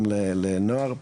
לנוער.